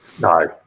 No